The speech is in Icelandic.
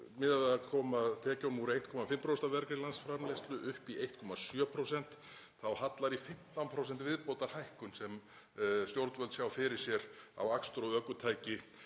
við að koma tekjum úr 1,5% af vergri landsframleiðslu upp í 1,7%, þá hallar í 15% viðbótarhækkun sem stjórnvöld sjá fyrir sér á akstur og ökutæki